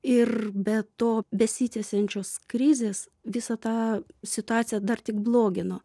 ir be to besitęsiančios krizės visą tą situaciją dar tik blogino